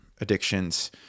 addictions